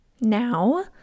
Now